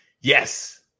yes